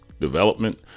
development